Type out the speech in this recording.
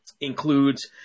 includes